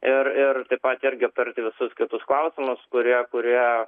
ir ir vat irgi aptarti visus kitus klausimus kurie kurie